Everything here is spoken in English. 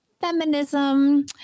feminism